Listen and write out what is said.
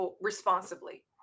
responsibly